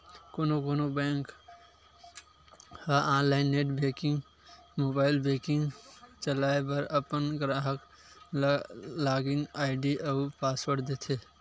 कोनो कोनो बेंक ह online net banking, mobile banking चलाए बर अपन गराहक ल लॉगिन आईडी अउ पासवर्ड देथे